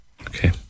okay